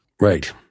Right